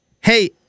hey